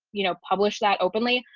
you know, publish that openly,